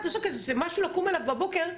זה משהו לקום אליו בבוקר,